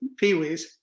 peewees